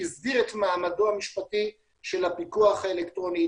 הסדיר את מעמדו המשפטי של הפיקוח האלקטרוני,